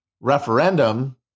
referendum